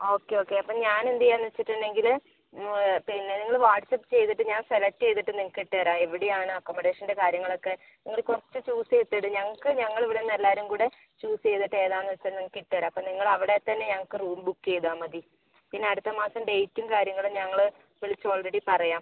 okay okay അപ്പം ഞാനെന്ത് ചെയ്യാമെന്നു വച്ചിട്ടുണ്ടെങ്കിൽ പിന്നെ നിങ്ങൾ വാട്സപ്പ് ചെയ്തിട്ട് ഞാൻ സെലക്ട് ചെയ്തിട്ട് നിങ്ങൾക്കിട്ടു തരാം എവിടെയാണ് അക്കൊമഡേഷൻ്റെ കാര്യങ്ങളൊക്കെ നിങ്ങൾ കുറച്ച് ചൂസ് ചെയ്തിട്ടി ഇട് ഞങ്ങൾക്ക് ഞങ്ങളിവിടെ നിന്ന് എല്ലാവരുംകൂടി ചൂസ് ചെയ്തിട്ട് ഏതാണെന്ന് വച്ചാൽ നിങ്ങൾക്ക് ഇട്ടു തരാം അപ്പോൾ നിങ്ങൾ അവിടെത്തന്നെ ഞങ്ങൾക്ക് റൂം ബുക്ക് ചെയ്താൽ മതി പിന്നെ അടുത്ത മാസം ഡേറ്റും കാര്യങ്ങളും ഞങ്ങൾ വിളിച്ച് ഓൾറെഡി പറയാം